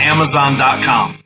Amazon.com